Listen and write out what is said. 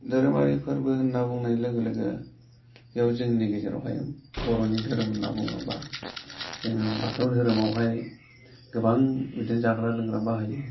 धोरोमारि फोरबो होनना बुंनाय लोगो लोगो बेयाव जोंनि गेजेरावहाय बर'नि धोरोम होनना बुङोबा जोंहा बाथौ धोरोमावहाय गोबां बिदिनो जाग्रा लोंग्रा बाहायो